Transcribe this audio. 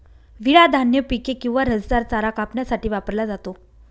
विळा धान्य पिके किंवा रसदार चारा कापण्यासाठी वापरला जातो